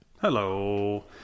hello